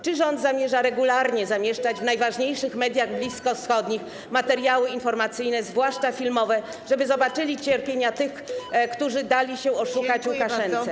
Czy rząd zamierza regularnie zamieszczać w najważniejszych mediach bliskowschodnich materiały informacyjne, zwłaszcza filmowe, żeby zobaczono cierpienia tych, którzy dali się oszukać Łukaszence?